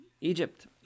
Egypt